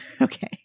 Okay